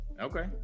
Okay